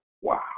Wow